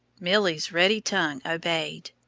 milly's ready tongue obeyed.